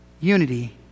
unity